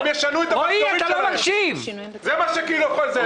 זה מה שיוצא,